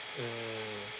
mm